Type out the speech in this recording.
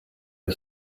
the